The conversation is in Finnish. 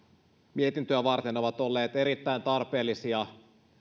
mietintöä varten ovat olleet erittäin tarpeellisia